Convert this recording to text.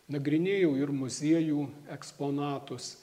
nagrinėjau ir muziejų eksponatus